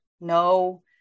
no